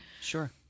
Sure